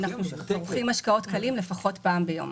אנחנו צורכים משקאות קלים לפחות פעם ביום.